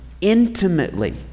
intimately